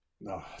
no